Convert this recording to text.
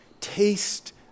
Taste